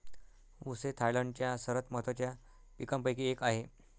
ऊस हे थायलंडच्या सर्वात महत्त्वाच्या पिकांपैकी एक आहे